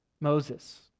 Moses